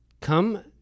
Come